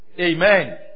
Amen